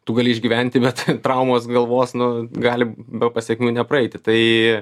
tu gali išgyventi bet traumos galvos nu gali be pasekmių nepraeiti tai